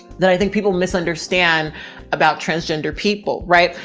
that i think people misunderstand about transgender people. right?